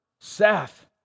Seth